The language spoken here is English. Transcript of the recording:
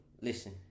listen